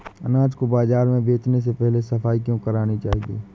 अनाज को बाजार में बेचने से पहले सफाई क्यो करानी चाहिए?